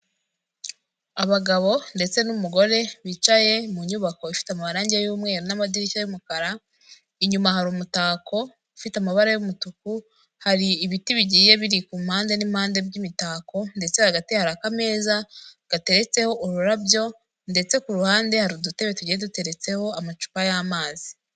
Abagabo ndetse n'umugore bicaye mu nyubako ifite amarangi y'umweru n'amadirishya y'umukara. Inyuma hari umutako ufite amabara y'umutuku; hari ibiti bigiye biri ku mpande n'impande by'imitako, ndetse hagati hari akameza gateretseho ururabyo, ndetse ku ruhande hari udutebe tugiye duteretseho amacupa y'amazi.